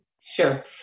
Sure